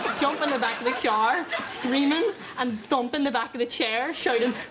jump in the back of the car screaming and dump in the back of the chair show them